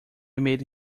made